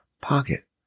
pocket